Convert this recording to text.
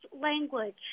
language